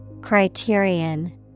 Criterion